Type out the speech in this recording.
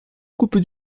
coupe